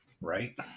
Right